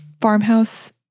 farmhouse